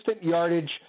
yardage